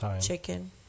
chicken